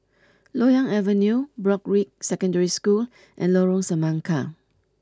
Loyang Avenue Broadrick Secondary School and Lorong Semangka